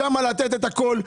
שם לתת את הכול.